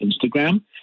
Instagram